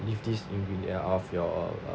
leave this ingredient out of your